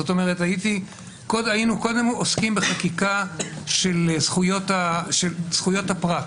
זאת אומרת היינו קודם עוסקים בחקיקה של זכויות הפרט,